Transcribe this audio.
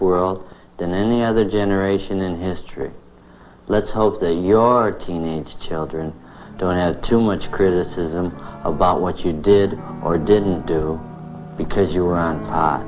world than any other generation in history let's hope that your teenage children don't add too much criticism about what you did or didn't do because you were on